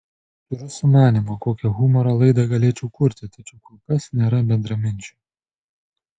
turiu sumanymų kokią humoro laidą galėčiau kurti tačiau kol kas nėra bendraminčių